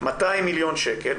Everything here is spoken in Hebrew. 200 מיליון שקל